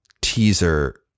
teaser